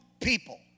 people